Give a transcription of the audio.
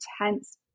intense